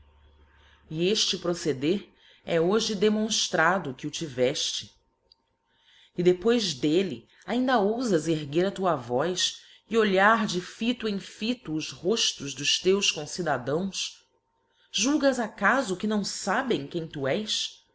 efte proceder é hoje demonftrado que o tivefte e depois d'elle ainda oufas erguer a tua voz e olhar de fito cm fito os roftos dos teus cona oração da coroa qs cidadãos julgas acafo que não fabem quem tu és